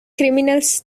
criminals